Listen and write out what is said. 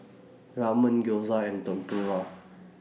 Ramen Gyoza and Tempura